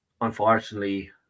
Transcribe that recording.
unfortunately